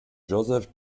joseph